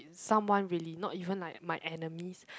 someone really not even like my enemies